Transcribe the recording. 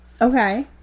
Okay